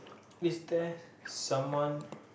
is there someone